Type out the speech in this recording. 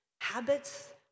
habits